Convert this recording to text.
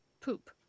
poop